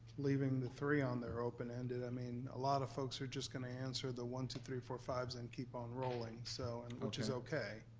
leaving the three on there open ended, i mean, a lot of folks are just gonna answer the one, two, three, four, fives and keep on rolling. so and, which is okay.